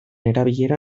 erabilera